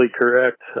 correct